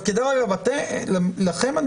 לכם,